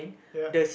ya